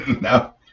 No